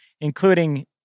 including